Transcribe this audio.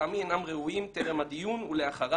ושלטעמי אינם ראויים, טרם הדיון ולאחריו,